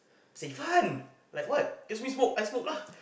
say fun like what you ask me smoke I smoke lah